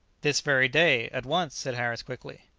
this very day, at once, said harris quickly.